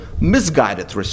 misguided